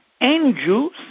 angels